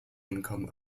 income